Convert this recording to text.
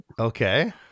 Okay